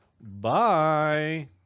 Bye